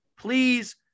Please